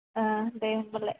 ओ दे होमबालाय